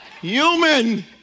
human